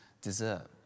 dessert